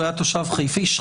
הוא היה איש חיפה.